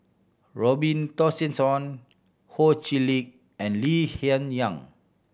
Robin Tessensohn Ho Chee Lick and Lee Hsien Yang